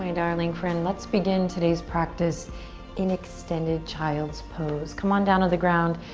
i mean darling friend. let's begin today's practice in extended child's pose. come on down on the ground.